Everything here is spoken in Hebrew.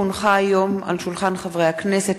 כי הונחה היום על שולחן הכנסת,